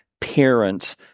parents